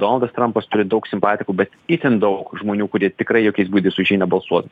donaldas trampas turi daug simpatikų bet itin daug žmonių kurie tikrai jokiais būdais už jį nebalsuotų